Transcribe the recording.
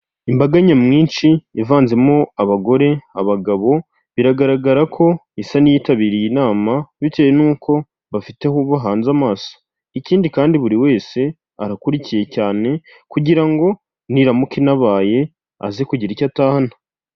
Imbaga nyamwinshi ivanzemo abagore, abagabo, biragaragara ko isa n'iyitabiriye inama bitewe n'uko bafite aho bahanze amaso. Ikindi kandi buri wese arakurikiye cyane kugira ngo niramuka inabaye aze kugira icyo atahana.